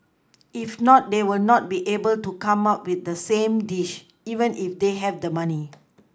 if not they will not be able to come up with the same dish even if they have the money